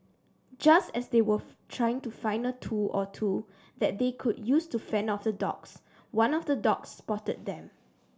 just as they were trying to find a tool or two that they could use to fend off the dogs one of the dogs spotted them